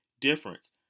Difference